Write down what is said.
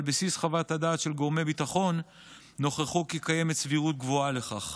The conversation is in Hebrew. בסיס חוות הדעת של גורמי ביטחון נוכחו כי קיימת סבירות גבוהה לכך.